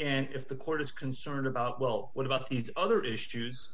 and if the court is concerned about well what about these other issues